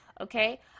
okay